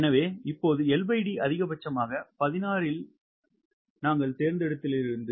எனவே இப்போது LD அதிகபட்சம் 16 ஐ நாங்கள் தேர்ந்தெடுத்ததிலிருந்து